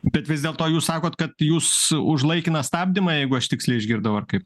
bet vis dėlto jūs sakot kad jūs už laikiną stabdymą jeigu aš tiksliai išgirdau ar kaip